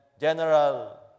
General